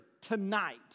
tonight